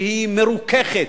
שהיא מרוככת.